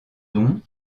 dons